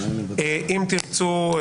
אם תרצו,